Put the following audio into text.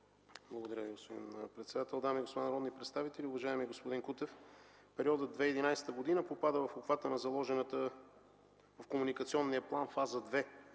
Благодаря Ви, господин председател. Дами и господа народни представители! Уважаеми господин Кутев, периодът 2011 г. попада в обхвата на заложената в комуникационния план фаза 2